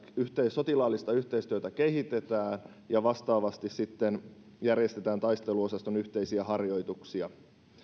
sotilaallista yhteistyötä kehitetään ja vastaavasti sitten järjestetään taisteluosaston yhteisiä harjoituksia